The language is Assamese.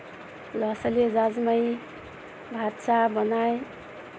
ল'ৰা ছোৱালীৰ জাজ মাৰি ভাত চাহ বনাই